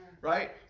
right